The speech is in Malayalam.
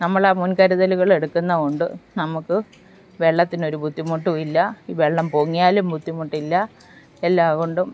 നമ്മൾ ആ മുൻകരുതലുകൾ എടുക്കുന്നതു കൊണ്ട് നമുക്ക് വെള്ളത്തിനൊരു ബുദ്ധിമുട്ടും ഇല്ല ഈ വെള്ളം പൊങ്ങിയാലും ബുദ്ധിട്ടില്ല എല്ലാം കൊണ്ടും